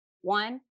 One